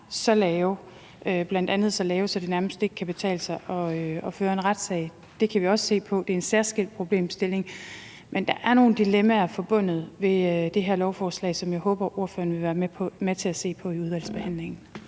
så lave, at det nærmest ikke kan betale sig at føre en retssag. Det kan vi også se på. Det er en særskilt problemstilling. Men der er nogle dilemmaer forbundet med det her lovforslag, som jeg håber ordføreren vil være med til at se på i udvalgsbehandlingen.